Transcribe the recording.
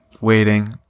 waiting